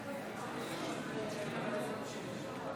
44 בעד, 60 נגד.